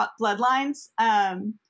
bloodlines